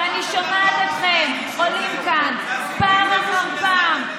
ואני שומעת אתכם עולים כאן פעם אחר פעם,